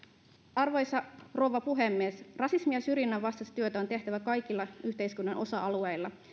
arvoisa rouva puhemies rasismin ja syrjinnän vastaista työtä on tehtävä kaikilla yhteiskunnan osa alueilla